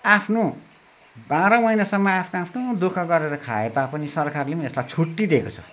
आफ्नो बाह्र महिनासम्म आफ्नो आफ्नो दुःख गरेर खाए तापनि सरकारले पनि यसलाई छुट्टी दिएको छ